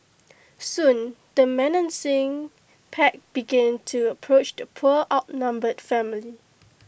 soon the menacing pack began to approach the poor outnumbered family